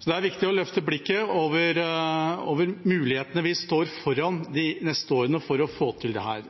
Så det er viktig å løfte blikket over mulighetene vi står foran